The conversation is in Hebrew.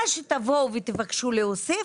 מה שתבואו ותבקשו להוסיף,